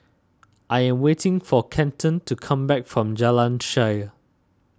I am waiting for Kenton to come back from Jalan Shaer